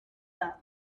that